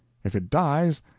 if it dies,